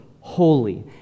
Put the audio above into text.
holy